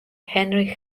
heinrich